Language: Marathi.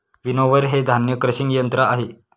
विनोव्हर हे धान्य क्रशिंग यंत्र आहे